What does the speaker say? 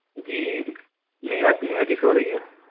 جی میرا نیہا جی سے ہو رہی ہے